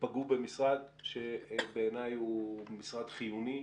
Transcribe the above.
ופגעו במשרד שבעיניי הוא משרד חיוני,